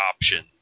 options